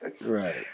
right